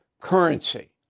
currency